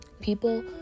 People